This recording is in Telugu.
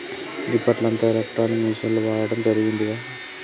గిప్పట్ల అంతా ఎలక్ట్రానిక్ మిషిన్ల వాడకం పెరిగిందిగదా